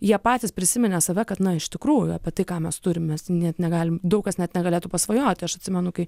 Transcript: jie patys prisiminė save kad na iš tikrųjų apie tai ką mes turim mes net negalim daug kas net negalėtų pasvajoti aš atsimenu kai